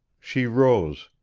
she rose.